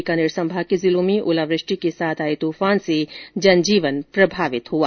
बीकानेर संभाग के जिलों में ओलावृष्टि के साथ आए तूफान से जन जीवन प्रभावित हुआ